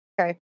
Okay